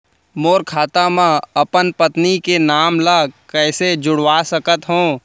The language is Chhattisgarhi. मोर खाता म अपन पत्नी के नाम ल कैसे जुड़वा सकत हो?